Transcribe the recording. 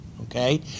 Okay